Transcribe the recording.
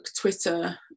Twitter